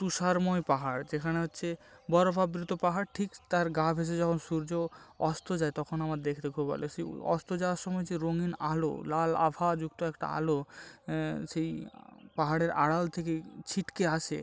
তুষারময় পাহাড় যেখানে হচ্ছে বরফাবৃত পাহাড় ঠিক তার গা ভেসে যখন সূর্য অস্ত যায় তখন আমার দেখতে খুব ভালো সেই অস্ত যাওয়ার সময় যে রঙিন আলো লাল আভাযুক্ত একটা আলো সেই পাহাড়ের আড়াল থেকে ছিটকে আসে